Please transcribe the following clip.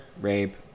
rape